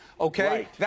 Okay